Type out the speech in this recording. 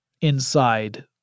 inside